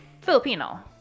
Filipino